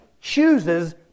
chooses